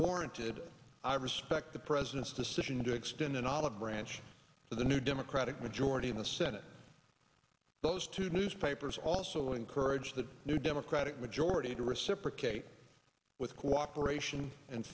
warranted i respect the president's decision to extend an olive branch to the new democratic majority in the senate those two newspapers also encourage the new democratic majority to reciprocate with cooperation and